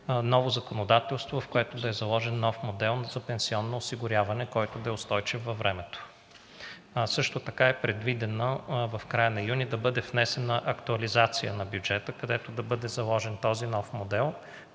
ново законодателство, в което да е заложен нов модел за пенсионно осигуряване, който да е устойчив във времето. Също така е предвидено в края на юни да бъде внесена актуализация на бюджета, където да бъде заложен този нов модел,